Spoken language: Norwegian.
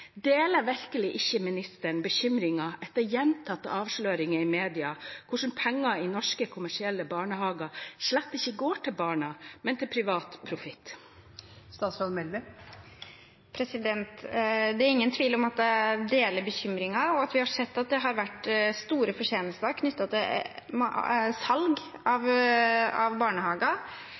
Deler virkelig ikke ministeren bekymringen, etter gjentatte avsløringer i media, for at penger i norske kommersielle barnehager slett ikke går til barna, men til privat profitt? Det er ingen tvil om at jeg deler bekymringen. Vi har sett at det har vært store fortjenester knyttet til salg av barnehager. Utfordringen er at dette har blitt gjort mulig av